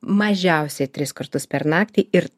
mažiausiai tris kartus per naktį ir